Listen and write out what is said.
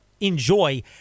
enjoy